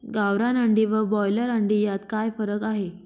गावरान अंडी व ब्रॉयलर अंडी यात काय फरक आहे?